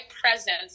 presence